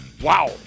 wow